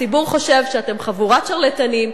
הציבור חושב שאתם חבורת שרלטנים,